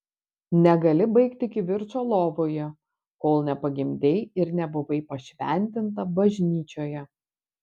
negali baigti kivirčo lovoje kol nepagimdei ir nebuvai pašventinta bažnyčioje